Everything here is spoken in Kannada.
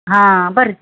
ಹಾಂ ಬರ್ರಿ